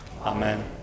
Amen